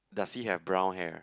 does he have brown hair